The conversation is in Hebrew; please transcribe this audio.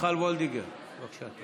מיכל וולדיגר, בבקשה.